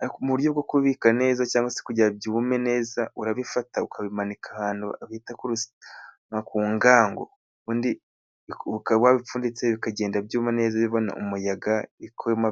ariko muburyo bwo kubika neza cyangwa byume neza urabifata ukabimanika ahantu bita ku gango. Ukaba wabipfunditse bikagenda byuma neza bibona umuyaga bikuma.